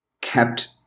kept